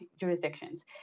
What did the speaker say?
jurisdictions